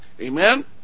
amen